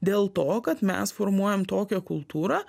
dėl to kad mes formuojam tokią kultūrą